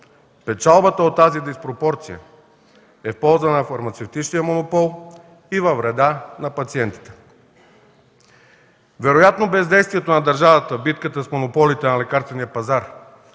Печалбата от тази диспропорция е в полза на фармацевтичния монопол и във вреда на пациента. Вероятно бездействието на държавата в битката с монополите на лекарствения пазар